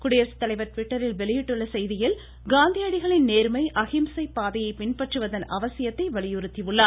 குடியரசுத்தலைவர் ட்விட்டரில் வெளியிட்டுள்ள செய்தியில் காந்தியடிகளின் நேர்மை அஹிம்சை பாதையை பின்பற்றுவதன் அவசியத்தை வலியுறுத்தியுள்ளார்